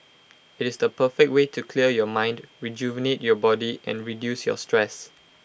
IT is the perfect way to clear your mind rejuvenate your body and reduce your stress